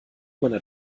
meiner